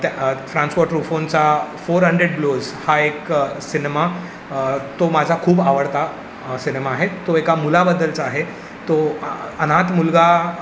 त्या फ्रान्सो ट्रुफोनचा four hundred blows हा एक सिनेमा तो माझा खूप आवडता सिनेमा आहे तो एका मुलाबद्दलचा आहे तो अनाथ मुलगा